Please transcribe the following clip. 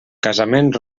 casament